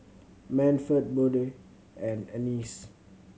Manford Bode and Anice